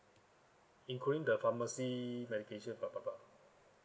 including the pharmacy medication